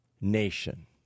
nation